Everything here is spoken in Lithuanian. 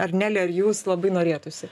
ar neli ar jūs labai norėtųsi